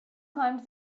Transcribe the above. climbed